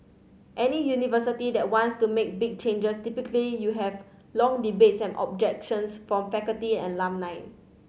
any university that wants to make big changes typically you have long debates and objections from faculty and alumni